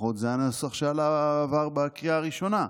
לפחות זה הנוסח שעבר בקריאה הראשונה,